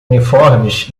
uniformes